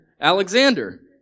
Alexander